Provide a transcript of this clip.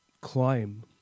climb